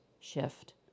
shift